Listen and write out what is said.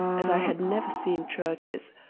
as i had never seen churches,